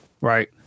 right